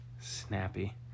Snappy